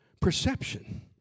perception